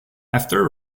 after